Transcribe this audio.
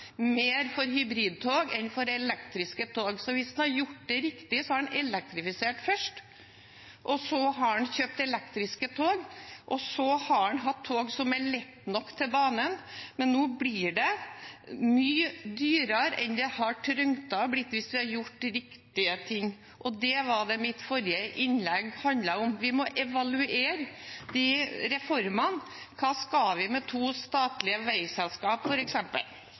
mer for hybridtog enn for elektriske tog. Hvis en hadde gjort det riktig, hadde en elektrifisert først, så kjøpt elektriske tog, og så hatt tog som er lette nok for banen. Men nå blir det mye dyrere enn det hadde trengt å bli hvis man hadde gjort de riktige tingene. Det var det mitt forrige innlegg handlet om: Vi må evaluere reformene. Hva skal vi med to statlige